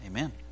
Amen